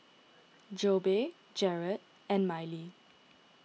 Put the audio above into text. Jobe Jarrad and Miley